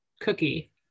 cookie